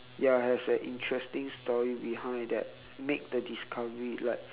ya has an interesting story behind that make the discovery like